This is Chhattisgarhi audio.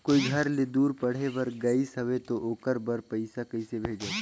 कोई घर ले दूर पढ़े बर गाईस हवे तो ओकर बर पइसा कइसे भेजब?